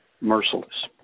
merciless